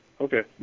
Okay